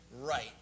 right